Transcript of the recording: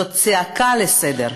זו צעקה לסדר-היום.